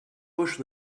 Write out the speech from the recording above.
bush